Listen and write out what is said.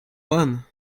one